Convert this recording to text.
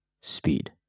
speed